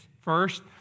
First